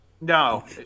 No